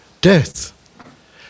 death